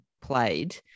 played